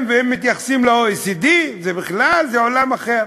אם מתייחסים ל-OECD, בכלל זה עולם אחר.